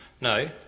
No